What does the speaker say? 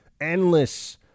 Endless